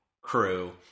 crew